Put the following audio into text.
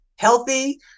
Healthy